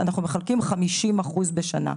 אנחנו מחלקים 50% בשנה,